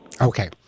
Okay